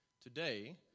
Today